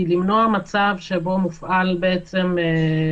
היא למנוע מצב שבו מופעל לחץ